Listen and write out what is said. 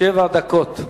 שבע דקות.